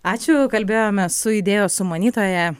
ačiū kalbėjome su idėjos sumanytoja